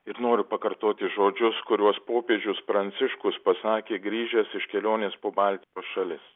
ir noriu pakartoti žodžius kuriuos popiežius pranciškus pasakė grįžęs iš kelionės po baltijos šalis